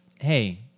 hey